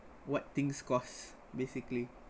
what things cost basically